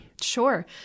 Sure